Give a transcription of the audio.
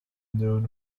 known